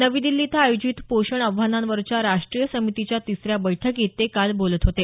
नवी दिल्ली इथं आयोजित पोषण आव्हानांवरच्या राष्ट्रीय समितीच्या तिसऱ्या बैठकीत ते काल बोलत होते